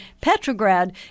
Petrograd